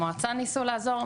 המועצה ניסו לעזור.